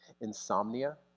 Insomnia